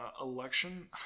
election